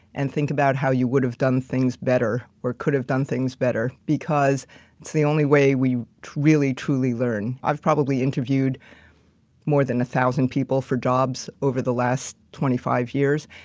and think about how you would have done things better, or could have done things better, because it's the only way we really, truly learn. i've probably interviewed more than one thousand people for jobs over the last twenty five years.